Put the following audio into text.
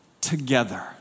together